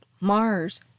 Mars